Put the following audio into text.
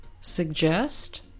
suggest